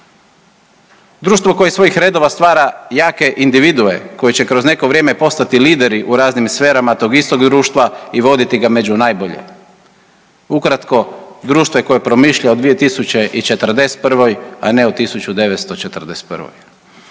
Društvo koje iz svojih redova stvara jake individue koje će kroz neko vrijeme postati lideri u raznim sferama tog istog društva i voditi ga među najbolje, ukratko društvo koje promišlja o 2041. a ne o 1941.